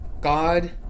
God